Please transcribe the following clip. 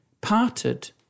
parted